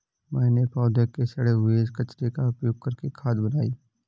मैंने पौधों के सड़े हुए कचरे का उपयोग करके खाद बनाई